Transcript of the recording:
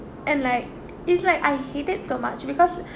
and like it's like I hate it so much because